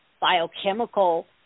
biochemical